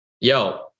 Yo